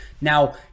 Now